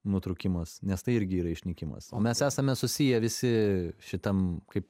nutrūkimas nes tai irgi yra išnykimas mes esame susiję visi šitam kaip